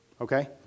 Okay